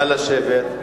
נא לשבת.